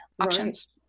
options